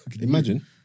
Imagine